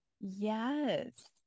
yes